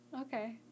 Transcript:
Okay